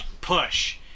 Push